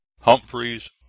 humphreys